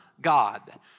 God